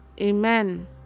Amen